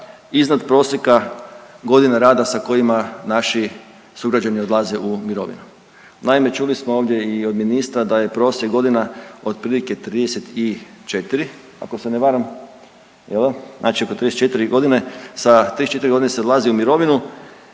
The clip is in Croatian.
iznad prosjeka godina rada sa kojima naši sugrađani odlaze u mirovinu. Naime, čuli smo ovdje i od ministra da je prosjek godina otprilike 34 ako se ne varam, jel da, znači oko 34.g., sa 34.g. se odlazi u mirovinu